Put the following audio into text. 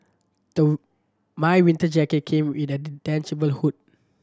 my winter jacket came with a detachable hood